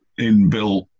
inbuilt